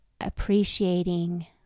appreciating